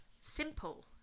simple